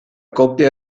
coppia